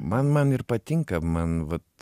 man man ir patinka man vat